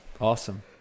awesome